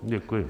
Děkuji.